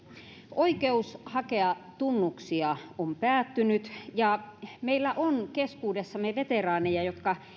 oikeus hakea tunnuksia on päättynyt ja meillä on keskuudessamme veteraaneja jotka